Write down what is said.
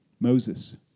Moses